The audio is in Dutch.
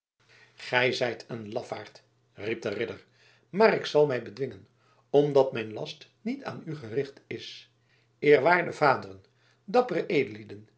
zijt een lafaard riep de ridder maar ik zal mij bedwingen omdat mijn last niet aan u gericht is eerwaarde vaderen dappere edellieden